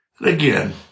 Again